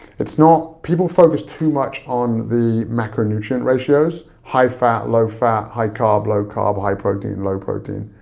it's not, people focus too much on the macronutrient ratios. high-fat, low-fat, high-carb, low-carb, high-protein, low-protein.